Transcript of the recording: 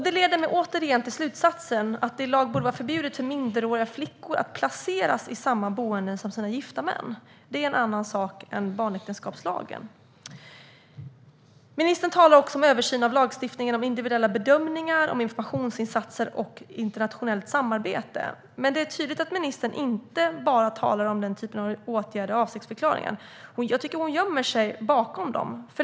Det leder mig återigen till slutsatsen att det i lag borde vara förbjudet för minderåriga flickor att placeras i samma boenden som sina gifta män. Det är en annan sak än barnäktenskapslagen. Ministern talar om en översyn av lagstiftningen, om individuella bedömningar, om informationsinsatser och om internationellt samarbete. Men det är tydligt att ministern inte bara talar om den typen av åtgärder i avsiktsförklaringen. Jag tycker att hon gömmer sig bakom den.